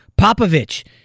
Popovich